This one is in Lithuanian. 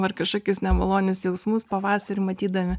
ar kažkokius nemalonius jausmus pavasarį matydami